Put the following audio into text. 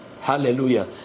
Hallelujah